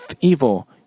evil